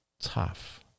tough